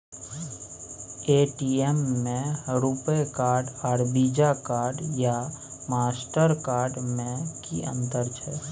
ATM में RuPay card आर Visa card या मास्टर कार्ड में कि अतंर छै?